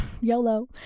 YOLO